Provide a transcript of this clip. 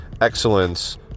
Excellence